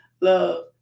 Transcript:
Love